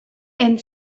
and